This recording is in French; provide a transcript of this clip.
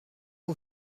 aux